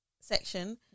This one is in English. section